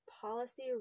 policy